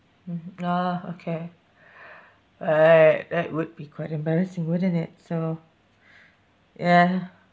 mmhmm oh okay right that would be quite embarrassing wouldn't it so ya